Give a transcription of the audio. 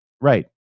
Right